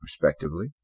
respectively